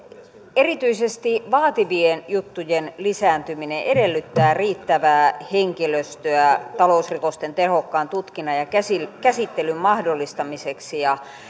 erityisesti vaativien juttujen lisääntyminen edellyttää riittävää henkilöstöä talousrikosten tehokkaan tutkinnan ja käsittelyn mahdollistamiseksi